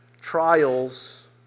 Trials